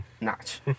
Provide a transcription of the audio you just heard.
notch